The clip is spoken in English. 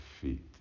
feet